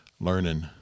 learning